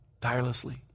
tirelessly